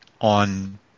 on